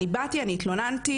אני באתי והתלוננתי.